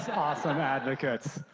so sort of advocates.